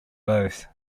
both